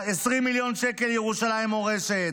20 מיליון שקל ירושלים ומורשת,